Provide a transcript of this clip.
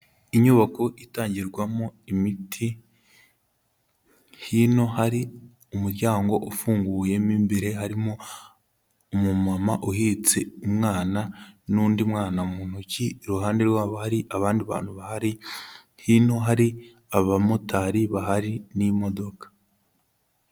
Inyubako itangirwamo imiti, hino hari umuryango ufunguye mo imbere harimo umumama uhetse umwana n'undi mwana mu ntoki, iruhande rwabo hari abandi bantu bahari, hino hari abamotari bahari n'imodoka.